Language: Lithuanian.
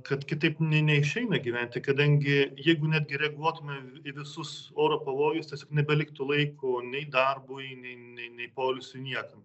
kad kitaip ne neišeina gyventi kadangi jeigu netgi reaguotumėm į visus oro pavojus tiesiog nebeliktų laiko nei darbui nei nei nei poilsiui niekam